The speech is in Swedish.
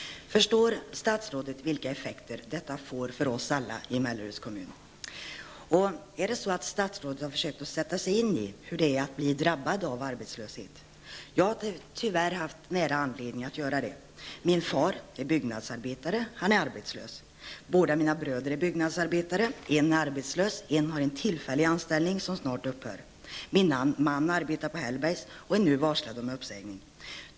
Förstår statsrådet vilka effekter detta får för oss alla i Melleruds kommun? Har statsrådet försökt att sätta sig in i hur det är att bli drabbad av arbetslöshet? Jag har tyvärr nära anledning att göra det. Min far, som är byggnadsarbetare, är arbetslös. Båda mina bröder är byggnadsarbetare, en är arbetslös och en har en tillfällig anställning som snart upphör. Min man arbetar på Hellbergs och är nu varslad om uppsägning.